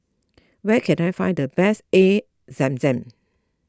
where can I find the best Air Zam Zam